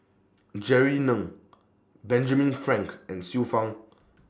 Jerry Ng Benjamin Frank and Xiu Fang